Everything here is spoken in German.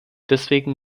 deswegen